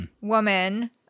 woman